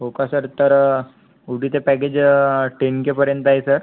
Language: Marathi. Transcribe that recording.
हो का सर तर उटीचं पॅकेज टेन के पर्यंत आहे सर